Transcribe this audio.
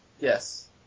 Yes